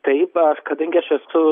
taip na kadangi aš esu